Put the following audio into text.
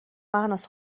مهناز